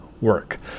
work